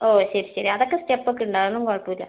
ഓ ശരി ശരി അതൊക്കെ സ്റ്റെപ്പ് ഒക്കെ ഉണ്ട് അതൊന്നും കുഴപ്പമില്ല